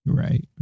right